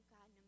God